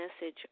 message